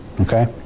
Okay